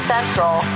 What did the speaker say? Central